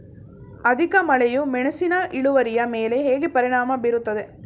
ಅಧಿಕ ಮಳೆಯು ಮೆಣಸಿನ ಇಳುವರಿಯ ಮೇಲೆ ಹೇಗೆ ಪರಿಣಾಮ ಬೀರುತ್ತದೆ?